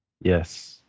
Yes